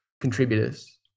contributors